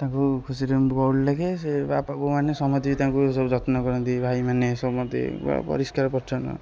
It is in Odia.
ତାଙ୍କୁ ଖୁସିରେ ମୁଁ ବଉଳି ଡାକେ ସେ ବାପା ବୋଉମାନେ ସମସ୍ତେ ବି ତାଙ୍କୁ ସବୁ ଯତ୍ନ କରନ୍ତି ଭାଇମାନେ ସମସ୍ତେ ପରିଷ୍କାର ପରିଚ୍ଛନ୍ନ